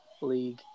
league